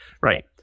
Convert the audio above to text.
Right